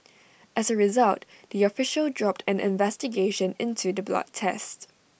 as A result the official dropped an investigation into the blood test